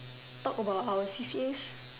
talk about our C_C_As